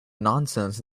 nonsense